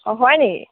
অঁ হয় নেকি